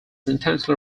intensely